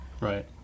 right